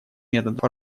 методов